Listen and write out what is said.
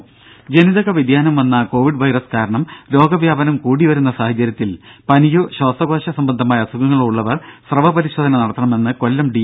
ദേദ ജനിതക വ്യതിയാനം വന്ന കോവിഡ് വൈറസ് കാരണം രോഗവ്യാപനം കൂടിവരുന്ന സാഹചര്യത്തിൽ പനിയോ ശ്വാസകോശ സംബന്ധമായ അസുഖങ്ങളോ ഉള്ളവർ സ്രവ പരിശോധന നടത്തണം എന്ന് കൊല്ലം ഡി